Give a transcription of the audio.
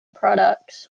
products